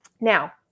Now